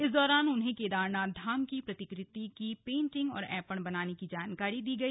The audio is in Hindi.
इस दौरान उन्हें केदारनाथ धाम की प्रतिकृति की पेटिंग और ऐंपण बनाने की जानकारी दी गई